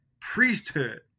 priesthood